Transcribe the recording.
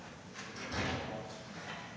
Tak